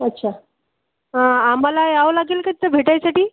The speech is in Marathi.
अच्छा आ आम्हाला यावं लागेल का तिथे भेटण्यासाठी